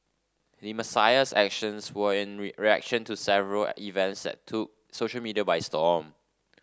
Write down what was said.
Messiah's actions were in reaction to several events that took social media by storm